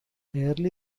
early